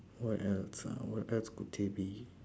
what else ah what else could there be